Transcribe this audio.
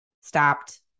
stopped